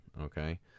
okay